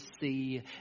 see